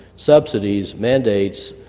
subsidies, mandates,